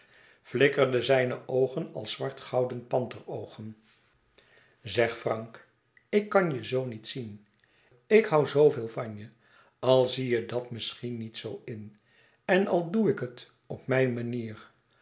flikkerden zijne oogen als zwart gouden panteroogen zeg frank ik kan je zoo niet zien ik hoû zooveel van je al zie je dat misschien niet zoo in en al doe ik het op mijn manier